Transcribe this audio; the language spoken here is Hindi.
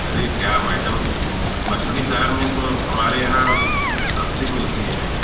अरे क्या मैडम मछली शहर में तो हमारे यहाँ सस्ती मिलती है